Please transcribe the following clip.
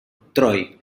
troy